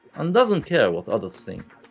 and doesn't care what others think.